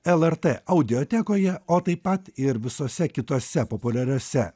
lrt audiotekoje o taip pat ir visose kitose populiariose